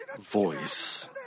voice